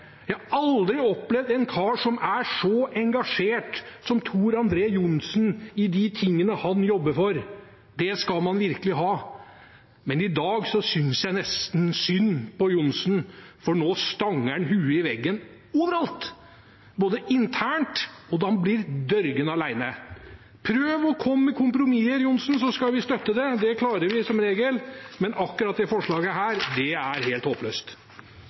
Jeg har aldri opplevd en kar som er så engasjert i de tingene han jobber for, som representanten Tor André Johnsen, det skal han virkelig ha. Men i dag synes jeg nesten synd på Johnsen, for nå stanger han hodet i veggen overalt, også internt, og han blir dørgende alene. Prøv å komme med kompromisser, Johnsen, så skal vi støtte det, det klarer vi som regel. Men akkurat dette forslaget er helt håpløst.